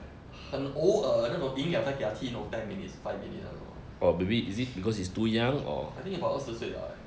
很偶尔那种赢 liao 在给他踢那种 ten minutes five minute 那种 I think about 二十岁 lah